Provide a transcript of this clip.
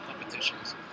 competitions